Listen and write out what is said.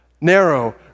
narrow